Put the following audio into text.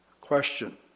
Question